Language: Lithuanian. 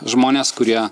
žmonės kurie